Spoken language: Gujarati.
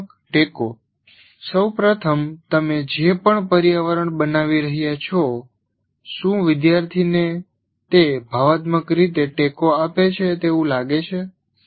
ભાવનાત્મક ટેકો સૌ પ્રથમ તમે જે પણ વાતાવરણ બનાવી રહ્યા છો જે મુખ્યત્વે શિક્ષક દ્વારા બનાવવું પડે છે શું વિદ્યાર્થીને તે ભાવનાત્મક રીતે ટેકો આપે છે તેવું લાગે છે